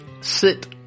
Sit